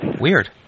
Weird